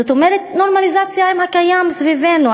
זאת אומרת נורמליזציה עם הקיים סביבנו,